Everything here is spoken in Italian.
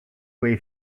quei